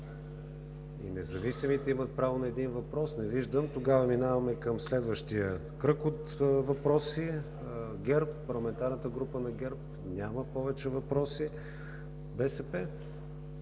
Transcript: Независимите имат право на един въпрос. Не виждам. Тогава минаваме към следващия кръг от въпроси. Парламентарната група на ГЕРБ? Няма повече въпроси.